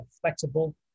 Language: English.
flexible